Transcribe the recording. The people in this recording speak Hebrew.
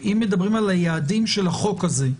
אם מדברים על היעדים של החוק הזה,